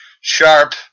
sharp